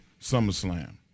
SummerSlam